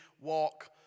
walk